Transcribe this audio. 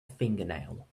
fingernail